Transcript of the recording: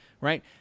right